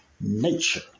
nature